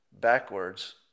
backwards